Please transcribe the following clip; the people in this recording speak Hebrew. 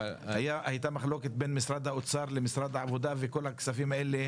הייתה מחלוקת בין משרד האוצר למשרד העבודה וכל הכספים האלה נתקעו.